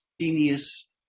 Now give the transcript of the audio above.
genius